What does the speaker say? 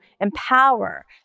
empower